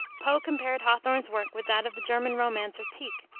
poe compared hawthorne's work with that of the german romancer, tieck,